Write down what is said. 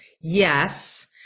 Yes